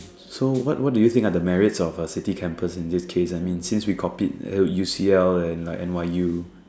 so what what do you think are the merits of a city campus in this case I mean since we compete and then with U_C_L and like N_Y_U